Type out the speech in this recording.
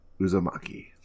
Uzumaki